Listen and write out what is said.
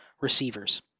receivers